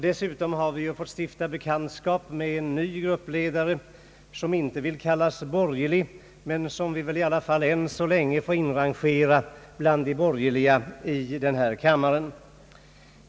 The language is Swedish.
Dessutom har vi ju fått stifta bekantskap med en ny gruppledare, från centern, som inte vill kallas borgerlig, men som vi väl i alla fall än så länge får inrangera bland de borgerliga i denna kammare.